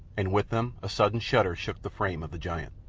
and with them a sudden shudder shook the frame of the giant.